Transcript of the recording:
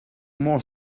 more